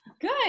Good